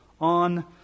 on